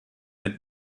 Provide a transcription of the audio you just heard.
mit